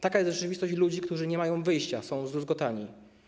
Taka jest rzeczywistość ludzi, którzy nie mają wyjścia, są zdruzgotani.